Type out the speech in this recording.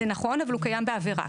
זה נכון, אבל הוא קיים בעבירה.